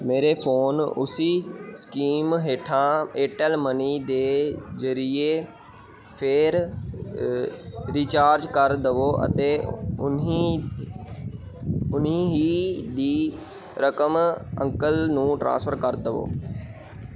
ਮੇਰੇ ਫੋਨ ਉਸੀ ਸਕੀਮ ਹੇਠਾਂ ਏਅਰਟੈੱਲ ਮਨੀ ਦੇ ਜ਼ਰੀਏ ਫਿਰ ਰਿਚਾਰਜ ਕਰ ਦਵੋ ਅਤੇ ਉਨਹੀ ਉਨਹੀ ਹੀ ਦੀ ਰਕਮ ਅੰਕਲ ਨੂੰ ਟ੍ਰਾਂਸਫਰ ਕਰ ਦਵੋ